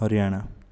Haryana